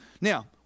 Now